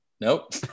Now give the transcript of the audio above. Nope